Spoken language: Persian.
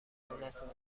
نتونستم